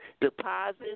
deposits